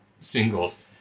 singles